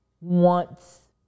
wants